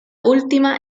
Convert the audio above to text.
última